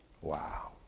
wow